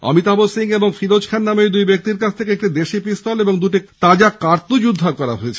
অমিতাভ সিং ও ফিরোজ খান নামে ওই দুই ব্যক্তির কাছ থেকে একটি দেশী পিস্তল ও দুটি তাজা কার্তুজ উদ্ধার করা হয়েছে